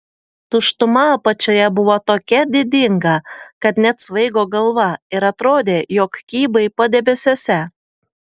tuštuma apačioje buvo tokia didinga kad net svaigo galva ir atrodė jog kybai padebesiuose